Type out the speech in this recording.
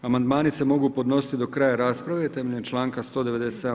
Amandmani se mogu podnositi do kraja rasprave temeljem čl. 197.